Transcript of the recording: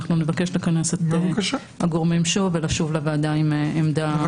אנחנו נבקש לכנס את הגורמים שוב ולשוב לוועדה עם עמדה בעניין הזה.